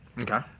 Okay